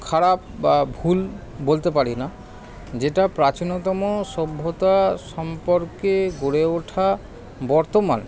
খারাপ বা ভুল বলতে পারি না যেটা প্রাচীনতম সভ্যতা সম্পর্কে গড়ে ওঠা বর্তমান